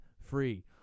free